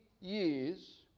years